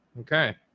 okay